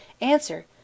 Answer